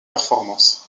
performances